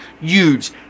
huge